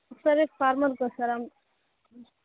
ఒకసారి ఫార్మర్కు వస్తుంరా